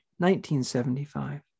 1975